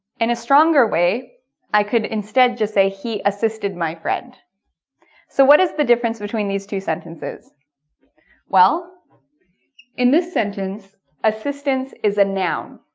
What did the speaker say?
and a stronger way i could instead just say he assisted my friend so what is the difference between these two sentences well in this sentence assistance is a noun